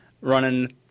running